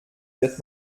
wird